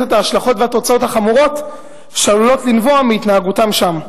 את ההשלכות והתוצאות החמורות שעלולות לנבוע מהתנהגותם שם.